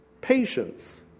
patience